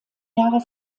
jahre